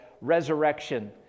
resurrection